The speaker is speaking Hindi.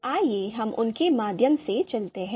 तो आइए हम उनके माध्यम से चलते हैं